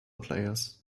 players